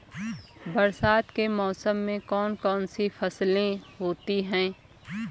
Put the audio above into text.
बरसात के मौसम में कौन कौन सी फसलें होती हैं?